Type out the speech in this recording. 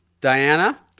Diana